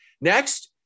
Next